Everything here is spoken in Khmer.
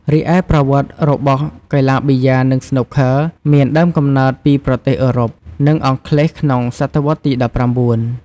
រីឯប្រវត្តិរបស់ កីឡាប៊ីយ៉ានិង ស្នូកឃ័រមានដើមកំណើតពីប្រទេសអឺរ៉ុប និងអង់គ្លេសក្នុងសតវត្សទី ១៩។